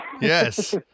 Yes